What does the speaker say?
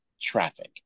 traffic